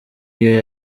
iyo